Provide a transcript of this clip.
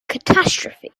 catastrophe